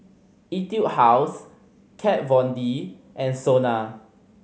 Etude House Kat Von D and SONA